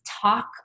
talk